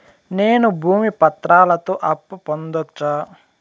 నేను భూమి పత్రాలతో అప్పు పొందొచ్చా?